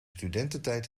studententijd